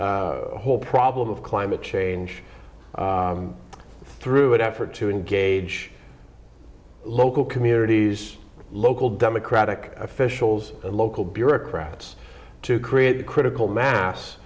whole problem of climate change through it effort to engage local communities local democratic officials and local bureaucrats to create the critical mass